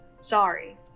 Sorry